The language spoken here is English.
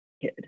kid